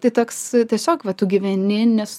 tai toks tiesiog va tu gyveni nes